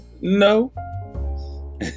no